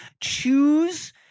choose